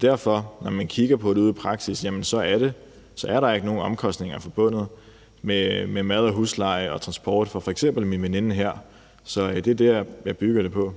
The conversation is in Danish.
Derfor er der i praksis ikke nogen omkostninger forbundet med mad, husleje og transport for f.eks. min veninde her. Så det er det, jeg bygger det på.